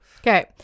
okay